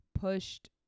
pushed